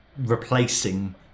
replacing